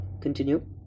continue